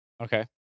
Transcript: Okay